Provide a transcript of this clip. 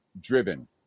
driven